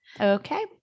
okay